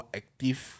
active